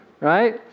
right